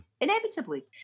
inevitably